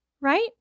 right